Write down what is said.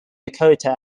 dakota